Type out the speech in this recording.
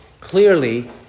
clearly